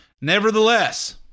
Nevertheless